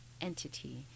entity